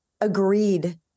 agreed